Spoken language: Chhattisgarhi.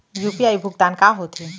यू.पी.आई भुगतान का होथे?